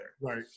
Right